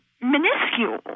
minuscule